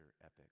epic